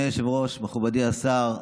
אדוני היושב-ראש, מכובדי השר,